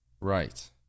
Right